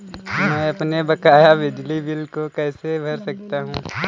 मैं अपने बकाया बिजली बिल को कैसे भर सकता हूँ?